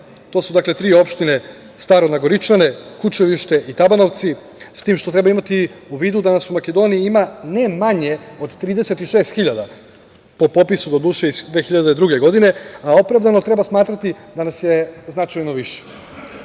To su tri opštine – Staro Nagoričane, Kučevište i Tabanovci, s tim što treba imati u vidu da nas u Makedoniji ima ne manje od 36 hiljada, doduše, po popisu iz 2002. godine, a opravdano treba smatrati da nas je značajno